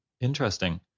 Interesting